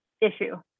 issue